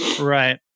Right